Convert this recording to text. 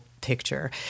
picture